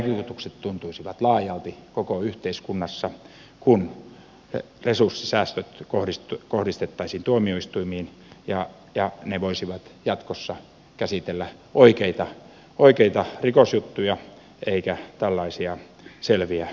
vaikutukset tuntuisivat laajalti koko yhteiskunnassa kun resurssisäästöt kohdistettaisiin tuomioistuimiin ja ne voisivat jatkossa käsitellä oikeita rikosjuttuja eikä tällaisia selviä rattijuopumusrangaistusjuttuja